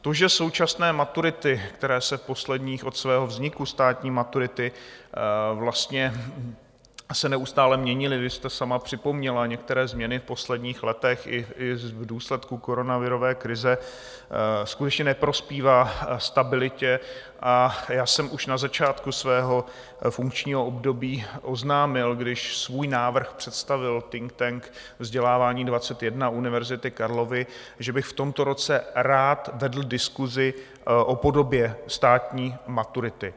To, že současné maturity, které se od svého vzniku státní maturity vlastně neustále měnily, vy jste sama připomněla některé změny v posledních letech i v důsledku koronavirové krize, skutečně neprospívá stabilitě, a já jsem už na začátku svého funkčního období oznámil, když svůj návrh představil think tank Vzdělávání 21 Univerzity Karlovy, že bych v tomto roce rád vedli diskusi o podobě státní maturity.